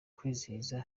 kwizihiza